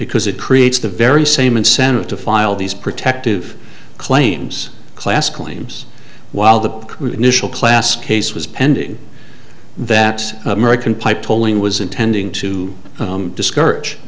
because it creates the very same incentive to file these protective claims class claims while the poor initial class case was pending that american pie polling was intending to discourage